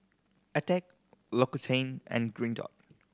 Attack L'Occitane and Green Dot